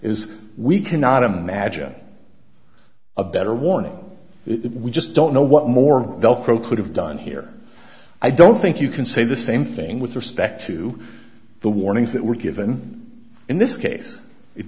is we cannot imagine a better warning it we just don't know what more velcro could have done here i don't think you can say the same thing with respect to the warnings that were given in this case it